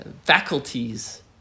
faculties